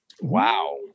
Wow